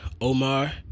Omar